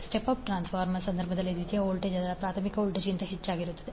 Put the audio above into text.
step up ಟ್ರಾನ್ಸ್ಫಾರ್ಮರ್ನ ಸಂದರ್ಭದಲ್ಲಿ ದ್ವಿತೀಯ ವೋಲ್ಟೇಜ್ ಅದರ ಪ್ರಾಥಮಿಕ ವೋಲ್ಟೇಜ್ಗಿಂತ ಹೆಚ್ಚಾಗಿದೆ